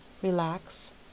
relax